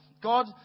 God